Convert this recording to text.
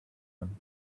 one